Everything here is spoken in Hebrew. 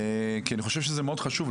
באתי לעזור פה כי אני חושב שזה מאוד חשוב.